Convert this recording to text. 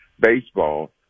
baseball